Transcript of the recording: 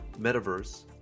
Metaverse